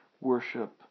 worship